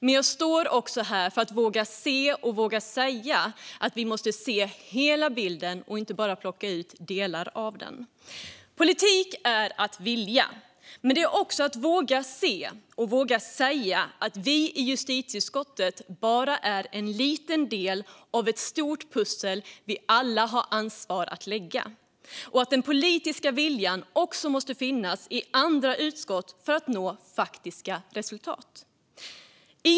Men jag står också här för att säga att vi måste se hela bilden, inte bara delar av den. Politik är att vilja, men det är också att våga se och våga säga att justitieutskottet bara är en liten bit av ett stort pussel vi alla har ansvar att lägga och att den politiska viljan måste finnas också i andra utskott för att faktiska resultat ska nås.